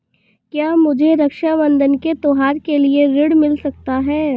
क्या मुझे रक्षाबंधन के त्योहार के लिए ऋण मिल सकता है?